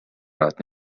رات